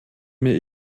mir